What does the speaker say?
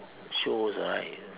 shows right